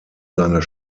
seiner